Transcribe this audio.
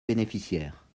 bénéficiaire